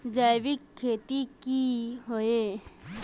जैविक खेती की होय?